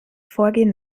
vorgehen